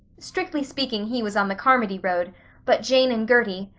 strickly speaking he was on the carmody road but jane and gertie,